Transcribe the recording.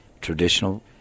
traditional